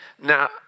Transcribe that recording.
now